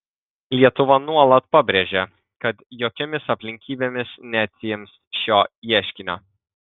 lietuva nuolat pabrėžia kad jokiomis aplinkybėmis neatsiims šio ieškinio